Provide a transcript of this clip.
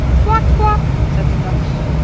quack, quack! said the ducks.